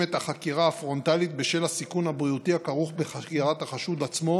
את החקירה הפרונטלית בשל הסיכון הבריאותי הכרוך בחקירת החשוד עצמו